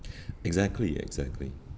exactly exactly